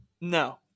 No